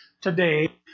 today